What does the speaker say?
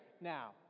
now